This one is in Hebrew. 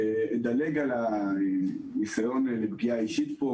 אדלג כמובן על הניסיון לפגיעה אישית בי,